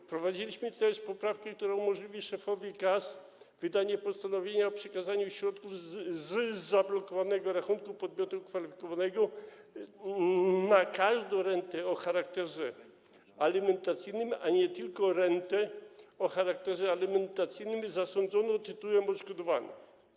Wprowadziliśmy też poprawkę, która umożliwi szefowi KAS wydanie postanowienia o przekazaniu środków z zablokowanego rachunku podmiotu kwalifikowanego na każdą rentę o charakterze alimentacyjnym, a nie tylko rentę o charakterze alimentacyjnym zasądzoną tytułem odszkodowania.